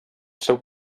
seu